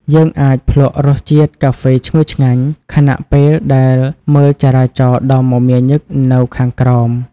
យើងអាចភ្លក្សរសជាតិកាហ្វេឈ្ងុយឆ្ងាញ់ ខណៈពេលដែលមើលចរាចរណ៍ដ៏មមាញឹកនៅខាងក្រោម។